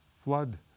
flood